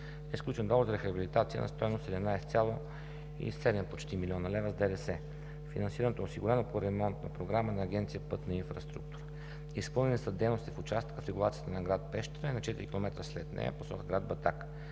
сключен договор за рехабилитация на стойност почти 17,7 млн. лв. с ДДС. Финансирането е осигурено по ремонтна програма на Агенция „Пътна инфраструктура“. Изпълнени са дейности в участъка в регулацията на град Пещера и на 4 км след нея в посока град Батак.